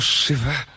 shiver